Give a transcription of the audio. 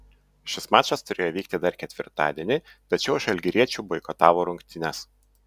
šis mačas turėjo vykti dar ketvirtadienį tačiau žalgiriečių boikotavo rungtynes